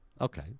Okay